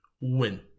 win